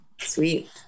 sweet